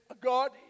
God